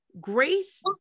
grace